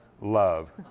Love